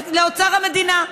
לאוצר המדינה.